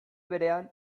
berean